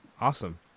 Awesome